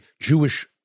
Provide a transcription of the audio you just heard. Jewish